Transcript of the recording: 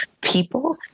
people